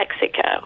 Mexico